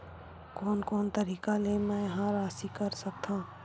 कोन कोन तरीका ले मै ह राशि कर सकथव?